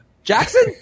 Jackson